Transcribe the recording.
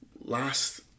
last